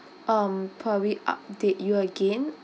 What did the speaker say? um probably update you again